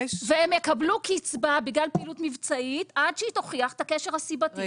והם יקבלו קצבה בגלל פעילות מבצעית עד שהיא תוכיח את הקשר הסיבתי,